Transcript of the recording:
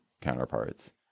counterparts